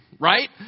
right